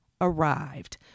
arrived